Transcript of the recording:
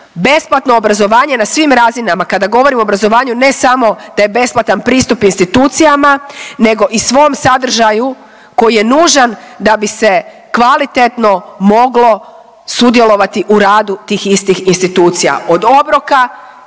besplatno obrazovanje na svim razinama, kada govorim o obrazovanju ne samo da je besplatan pristup institucijama nego i svom sadržaju koji je nužan da bi se kvalitetno moglo sudjelovati u radu tih istih institucija, od obroka,